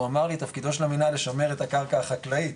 הוא אמר לי תפקידו של המינהל לשמר את הקרקע החקלאית,